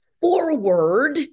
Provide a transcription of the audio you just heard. forward